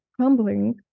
crumbling